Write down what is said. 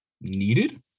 needed